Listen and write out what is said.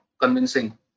convincing